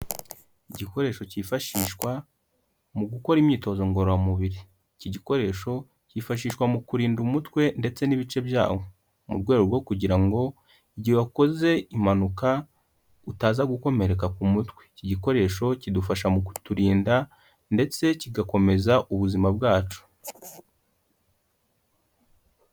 Igikoresho cyifashishwa mu gukora imyitozo ngororamubiri, iki gikoresho cyifashishwa mu kurinda umutwe ndetse n'ibice byawo, mu rwego rwo kugira ngo igihe wakoze impanuka, utaza gukomereka ku mutwe, iki gikoresho kidufasha mu kuturinda, ndetse kigakomeza ubuzima bwacu.